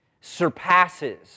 surpasses